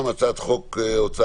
הנושא הוא ארוך זו גם הצעת חוק ההוצאה